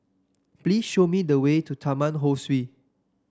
please show me the way to Taman Ho Swee